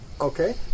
Okay